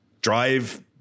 Drive